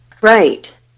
Right